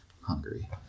Hungry